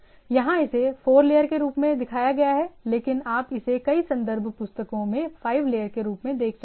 यहाँ इसे 4 लेयर के रूप में दिखाया गया है लेकिन आप इसे कई संदर्भ पुस्तकों में 5 लेयर के रूप में देख सकते हैं